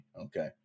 Okay